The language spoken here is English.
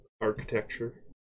architecture